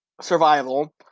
survival